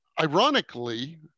ironically